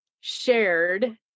shared